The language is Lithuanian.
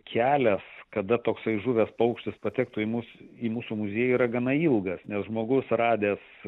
kelias kada toksai žuvęs paukštis patektų į mus į mūsų muziejų yra gana ilgas nes žmogus radęs